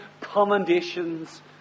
commendations